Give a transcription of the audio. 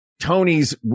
Tony's